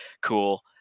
Cool